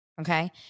Okay